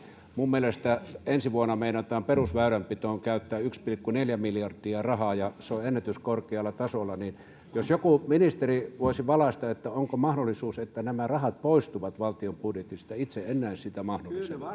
minun mielestäni ensi vuonna meinataan perusväylänpitoon käyttää yksi pilkku neljä miljardia rahaa ja se on ennätyskorkealla tasolla jos joku ministeri voisi valaista onko mahdollisuus että nämä rahat poistuvat valtion budjetista itse en näe sitä mahdollisuutta